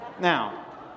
Now